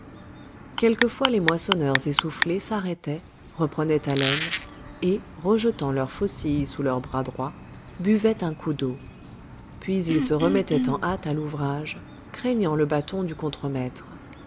quelquefois les moissonneurs essoufflés s'arrêtaient reprenaient haleine et rejetant leur faucille sous leur bras droit buvaient un coup d'eau puis ils se remettaient en hâte à l'ouvrage craignant le bâton du contremaître